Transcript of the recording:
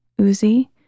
Uzi